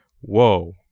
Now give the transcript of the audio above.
Whoa